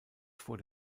vor